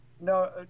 No